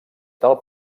del